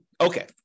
Okay